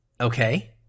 okay